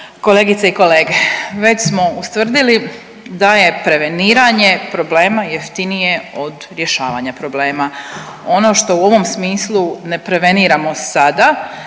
Kolegice i kolege, već smo ustvrdili da je preveniranje problema jeftinije od rješavanja problema. Ono što u ovom smislu ne preveniramo sada